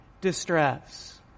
distress